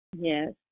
Yes